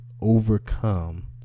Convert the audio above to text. overcome